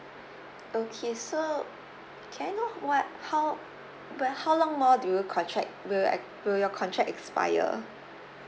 okay so can I know what how but how long more do you contract will act will your contract expire